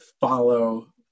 follow